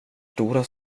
stora